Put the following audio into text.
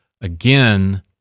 again—